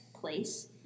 place